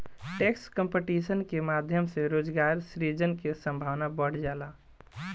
tax competition के माध्यम से रोजगार सृजन के संभावना बढ़ जाला